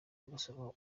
amasomo